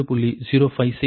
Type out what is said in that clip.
056 மற்றும் 0